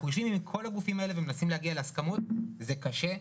אנחנו הולכים עם כל הגופים האלה ומנסים להגיע להסכמות וזה קשה.